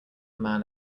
man